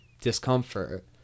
discomfort